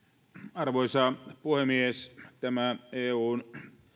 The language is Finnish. arvoisa puhemies tämä eun